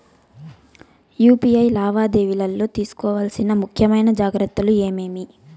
UPI లావాదేవీలలో తీసుకోవాల్సిన ముఖ్యమైన జాగ్రత్తలు ఏమేమీ?